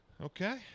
Okay